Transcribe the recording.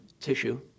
tissue